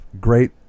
great